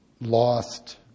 lost